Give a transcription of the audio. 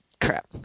Crap